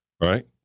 Right